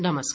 नमस्कार